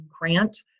grant